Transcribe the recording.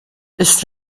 ist